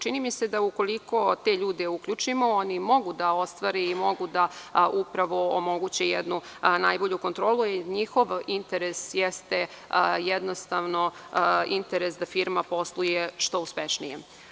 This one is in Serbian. Čini mi se da ukoliko te ljude uključimo, oni mogu da ostvare i mogu da omoguće jednu najbolju kontrolu, jer njihov interes jeste interes da firma posluje što uspešnije.